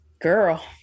Girl